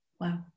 Wow